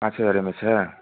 पाँच हज़ार M A H है